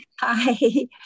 Hi